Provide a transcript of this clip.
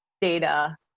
data